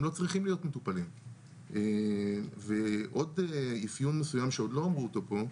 לא צריכים להיות מטופלים ועוד אפיון מסוים שעוד לא אמרו אותו פה,